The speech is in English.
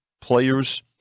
players